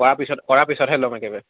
কৰা পিছত পিছতহে ল'ম একবাৰে